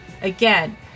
Again